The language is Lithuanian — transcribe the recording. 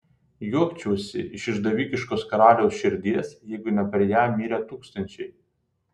juokčiausi iš išdavikiškos karaliaus širdies jeigu ne per ją mirę tūkstančiai